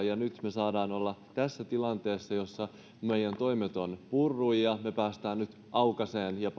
ja nyt me saamme olla tässä tilanteessa jossa meidän toimet ovat purreet ja me pääsemme nyt aukaisemaan ja